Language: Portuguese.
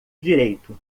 direito